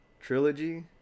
trilogy